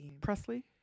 Presley